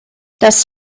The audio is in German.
das